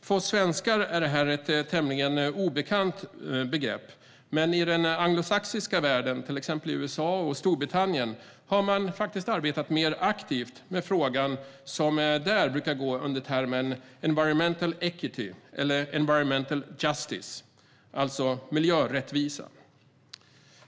För oss svenskar är detta ett tämligen obekant begrepp, men i den anglosaxiska världen, till exempel USA och Storbritannien, har man arbetat mer aktivt med frågan, som där brukar gå under termen environmental equity eller environmental justice, det vill säga miljörättvisa.